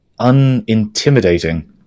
unintimidating